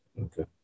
Okay